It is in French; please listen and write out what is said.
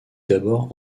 d’abord